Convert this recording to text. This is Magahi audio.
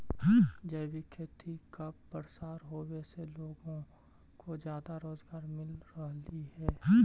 जैविक खेती का प्रसार होवे से लोगों को ज्यादा रोजगार मिल रहलई हे